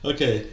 Okay